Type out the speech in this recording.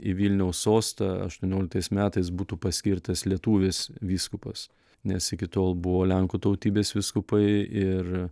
į vilniaus sostą aštuonioliktais metais būtų paskirtas lietuvis vyskupas nes iki tol buvo lenkų tautybės vyskupai ir